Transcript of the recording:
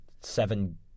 seven